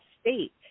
state